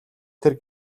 тэр